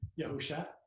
Yahusha